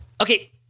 Okay